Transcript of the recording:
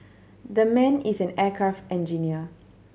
that man is an aircraft engineer